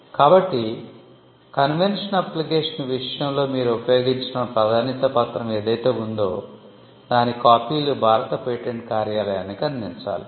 కాబట్టి convention application విషయంలో మీరు ఉపయోగించిన ప్రాధాన్యత పత్రం ఏదైతే ఉందో దాని కాపీలు భారత పేటెంట్ కార్యాలయానికి అందించాలి